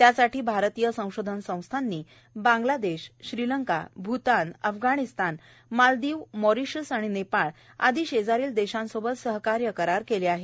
त्यासाठी भारतीय संशोधन संस्थांनी बांगलादेश श्रीलंका भूतान अफगाणिस्तान मालदीव मॉरिशस नेपाळ आदी शेजारील देशांसोबत सहकार्य करार केले आहेत